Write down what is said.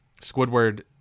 Squidward